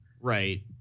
Right